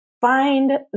Find